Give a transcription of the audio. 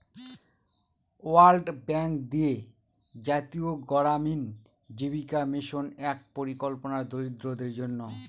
world Bank দিয়ে জাতীয় গড়ামিন জীবিকা মিশন এক পরিকল্পনা দরিদ্রদের জন্য